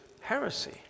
heresy